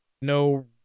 no